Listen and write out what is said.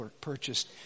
purchased